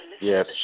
yes